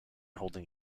holding